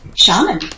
shaman